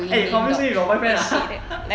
eh thomas say you got boyfriend ah